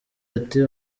ati